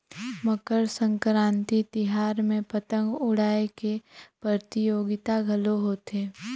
मकर संकरांति तिहार में पतंग उड़ाए के परतियोगिता घलो होथे